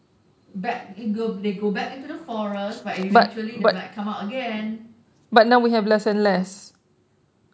back they go back into the forest but eventually they will come out again